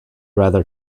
rather